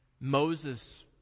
Moses